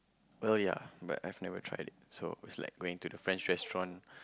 uh yea but I've never tried it so it's like going to the French restaurant